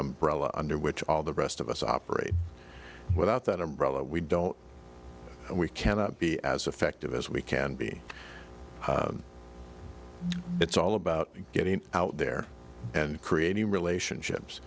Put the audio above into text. umbrella under which all the rest of us operate without that umbrella we don't and we cannot be as effective as we can be it's all about getting out there and creating relationships